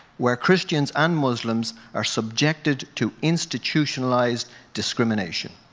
where christians and muslims are subjected to institutionalized discrimination.